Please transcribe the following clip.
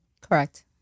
Correct